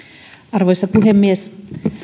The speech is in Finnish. arvoisa puhemies